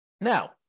Now